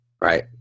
Right